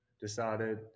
decided